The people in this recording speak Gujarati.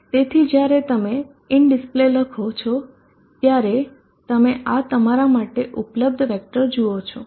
તેથી જ્યારે તમે in display લખો છો ત્યારે તમે આ તમારા માટે ઉપલબ્ધ વેક્ટર્સ જુઓ છો